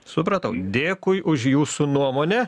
supratau dėkui už jūsų nuomonę